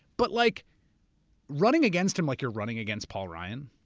but like running against him like you're running against paul ryan.